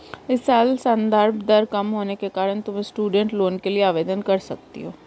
इस साल संदर्भ दर कम होने के कारण तुम स्टूडेंट लोन के लिए आवेदन कर सकती हो